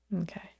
Okay